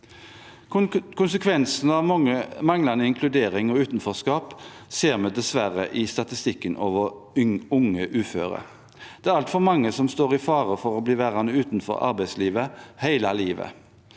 Konsekvensene av manglende inkludering og utenforskap ser vi dessverre i statistikken over unge uføre. Det er altfor mange som står i fare for å bli værende utenfor arbeidslivet hele livet.